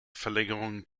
verlängerung